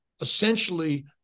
essentially